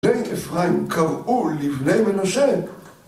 בית אפרים קראו לבני מנשה